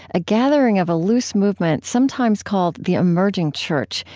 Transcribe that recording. a gathering of a loose movement sometimes called the emerging church,